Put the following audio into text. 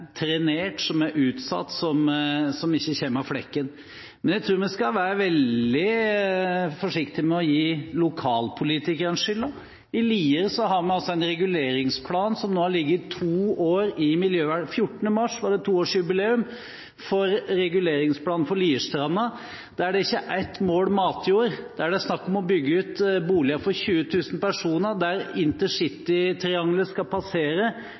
trenert, som er utsatt, og som ikke kommer av flekken. Men jeg tror vi skal være veldig forsiktige med å gi lokalpolitikerne skylden. I Lier har vi en reguleringsplan som nå har ligget to år i Miljøverndepartementet. 14. mars var det toårsjubileum for reguleringsplanen for Lierstranda, der det ikke er ett mål matjord, der det er snakk om å bygge ut boliger for 20 000 personer, der intercitytriangelet skal passere,